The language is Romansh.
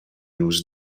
nus